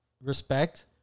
respect